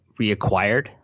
reacquired